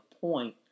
point